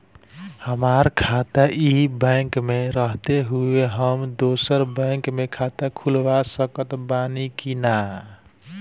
हमार खाता ई बैंक मे रहते हुये हम दोसर बैंक मे खाता खुलवा सकत बानी की ना?